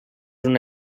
una